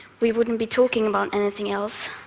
we wouldn't be talking about anything else.